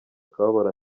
akababaro